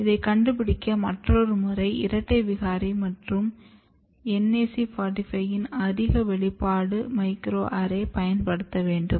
இதை கண்டுபிடிக்க மற்றொரு முறை இரட்டை விகாரை மற்றும் NAC 45 யின் அதிக வெளிப்பாடுக்கு மைக்ரோஅரே பயன்படுத்த வேண்டும்